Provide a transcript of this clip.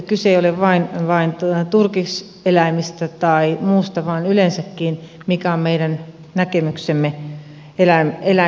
kyse ei ole vain turkiseläimistä tai muusta vaan yleensäkin siitä mikä on meidän näkemyksemme eläimistä